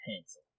pencil